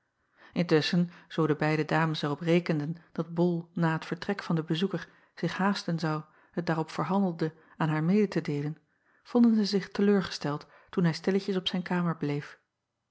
zoo de beide dames er op rekenden dat ol na het vertrek van den bezoeker zich haasten zou het daarop verhandelde aan haar mede te deelen vonden zij zich te leur gesteld toen hij stilletjes op zijn kamer bleef